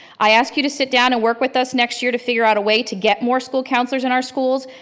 i ask you to sit down and work with us next year to figure out a way to get more school counselors in our schools.